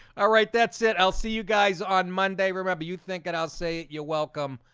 alright, that's it. i'll see you guys on monday. remember you think and i'll say you welcome.